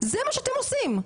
זה מה שאתם עושים.